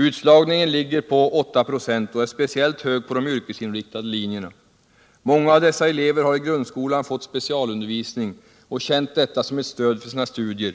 Utslagningen ligger på 8 96 och är speciellt hög på de yrkesinriktade linjerna. Många av dessa elever har i grundskolan fått specialundervisning och känt denna som ett stöd för sina studier.